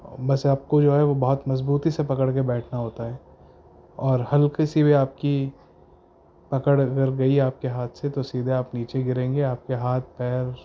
بس آپ کو جو ہے وہ بہت مضبوطی سے پکڑ کے بیٹھنا ہوتا ہے اور ہلکی سی بھی آپ کی پکڑ اگر گئی آپ کے ہاتھ سے تو سیدھے آپ نیچے گریں گے آپ کے ہاتھ پیر